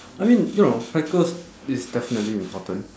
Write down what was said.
I mean you know practicals is definitely important